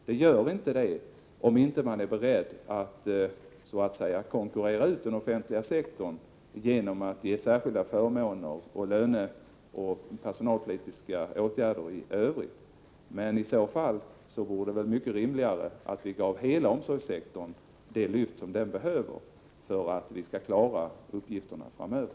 Det gör inte det, om man inte är beredd att så att säga konkurrera ut den offentliga sektorn genom särskilda förmåner och löneoch personalpolitiska åtgärder i övrigt. Men i så fall vore det väl mycket rimligare att vi gav hela omsorgssektorn det lyft som den behöver för att vi skall klara uppgifterna framöver.